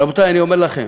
רבותי, אני אומר לכם: